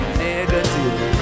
negative